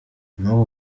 birimo